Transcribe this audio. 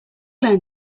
learn